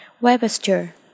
Webster